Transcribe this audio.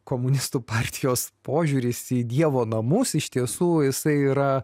komunistų partijos požiūris į dievo namus iš tiesų jisai yra